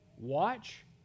Watch